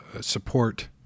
support